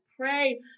pray